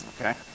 Okay